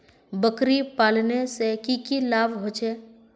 बकरी पालने से की की लाभ होचे?